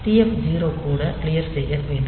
TF 0 கூட clear செய்ய வேண்டும்